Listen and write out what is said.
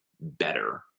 better